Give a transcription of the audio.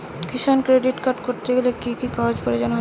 কিষান credit card করতে গেলে কি কি কাগজ প্রয়োজন হয়?